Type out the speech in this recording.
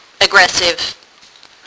aggressive